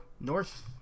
north